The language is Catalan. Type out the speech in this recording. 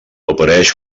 apareix